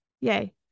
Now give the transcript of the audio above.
yay